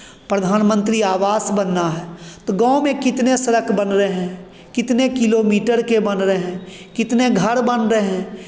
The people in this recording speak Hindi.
प्रधानमंत्री आवास बनना है तो गाँव में कितने सड़क बन रहे हैं कितने किलोमीटर के बन रहे हैं कितने घर बन रहे हैं